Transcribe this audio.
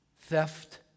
theft